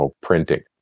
printing